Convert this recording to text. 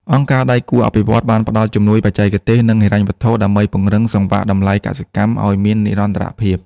អង្គការដៃគូអភិវឌ្ឍន៍បានផ្ដល់ជំនួយបច្ចេកទេស និងហិរញ្ញវត្ថុដើម្បីពង្រឹងសង្វាក់តម្លៃកសិកម្មឱ្យមាននិរន្តរភាព។